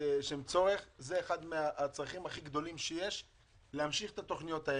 יש להמשיך את התכניות האלו.